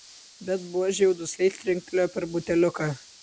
bet buožė jau dusliai trinktelėjo per buteliuką